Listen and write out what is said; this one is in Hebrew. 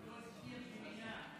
הוא לא הזכיר במילה,